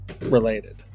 related